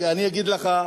אני אגיד לך,